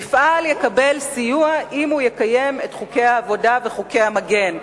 מפעל יקבל סיוע אם הוא יקיים את חוקי העבודה וחוקי המגן.